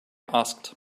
asked